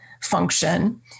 function